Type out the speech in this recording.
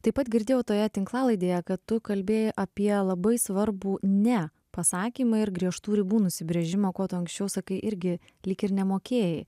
taip pat girdėjau toje tinklalaidėje kad tu kalbėjai apie labai svarbu ne pasakymą ir griežtų ribų nusigręžimo kuo anksčiau sakai irgi lyg ir nemokėjai